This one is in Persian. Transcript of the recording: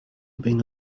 بین